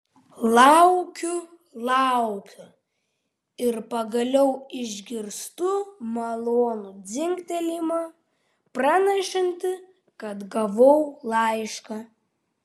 laukiu laukiu ir pagaliau išgirstu malonų dzingtelėjimą pranešantį kad gavau laišką